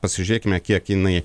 pasižiūrėkime kiek jinai